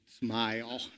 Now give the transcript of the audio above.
Smile